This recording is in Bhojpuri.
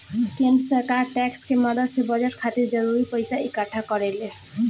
केंद्र सरकार टैक्स के मदद से बजट खातिर जरूरी पइसा इक्कठा करेले